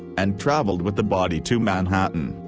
and traveled with the body to manhattan.